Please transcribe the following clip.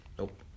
Nope